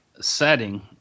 setting